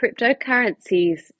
cryptocurrencies